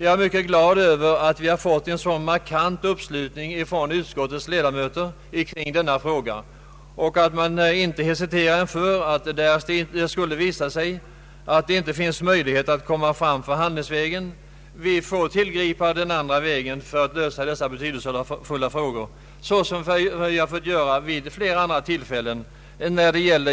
Jag är mycket glad över att vi har fått en så markant uppslutning från utskottets ledamöter i denna fråga och att man inte hesiterat att, därest man skulle finna att det inte är möjligt att komma fram förhandlingsvägen, tillgripa lagstiftningsvägen för att lösa dessa betydelsefulla frågor liksom vi har fått göra vid flera andra tillfällen när det gäller